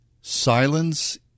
Silence